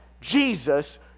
Jesus